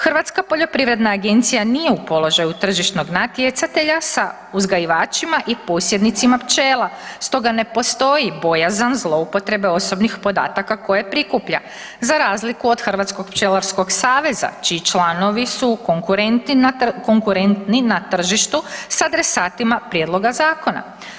Hrvatska poljoprivredna agencija nije u položaju tržišnog natjecatelja sa uzgajivačima i posjednicima pčela stoga ne postoji bojazan zloupotrebe osobnih podataka koje prikuplja za razliku od Hrvatskog pčelarskog saveza čiji članovi su konkurentni na tržištu sa adresatima prijedloga zakona.